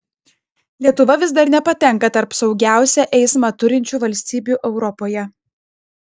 lietuva vis dar nepatenka tarp saugiausią eismą turinčių valstybių europoje